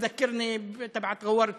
זה מזכיר לי את המערכון הזה ע'וואר א-טושה)